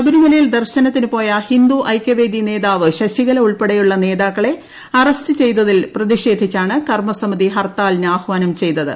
ശബരിമലയിൽ ദർശനത്തിന് പോയ ഹിന്ദു ഐക്യവേദി നേതാവ് ശശികല ഉൾപ്പെടെയുള്ള നേതാക്കളെ അറസ്റ്റ് ചെയ്തതിൽ പ്രതിഷേധിച്ചാണ് കർമ്മസമിതി ഹർത്താലിന് ആഹ്വാനം ചെയ്തത്